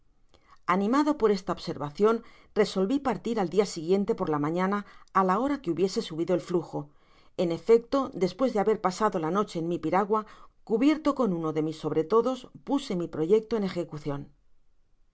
animado por esta observacion resolvi partir al dia siguiente por la mañana á la hora que hu biese subido el flujo en efecto despues de haber pasado la noche en mi piragua cubierto con uno de mis sobretodos puse mi proyecto en ejecucion